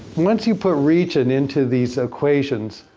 once you put region into these equations